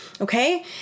Okay